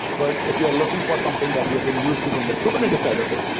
but if you're looking for something that you have been used to from the kubernetes side of it,